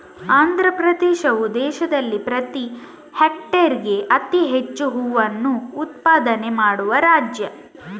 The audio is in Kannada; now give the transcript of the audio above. ಆಂಧ್ರಪ್ರದೇಶವು ದೇಶದಲ್ಲಿ ಪ್ರತಿ ಹೆಕ್ಟೇರ್ಗೆ ಅತಿ ಹೆಚ್ಚು ಹೂವನ್ನ ಉತ್ಪಾದನೆ ಮಾಡುವ ರಾಜ್ಯ